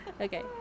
Okay